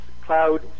cloud